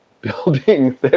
building